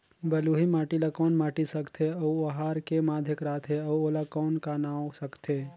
बलुही माटी ला कौन माटी सकथे अउ ओहार के माधेक राथे अउ ओला कौन का नाव सकथे?